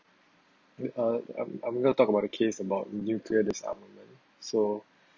uh I'm I'm gonna talk about the case about nuclear disarmament so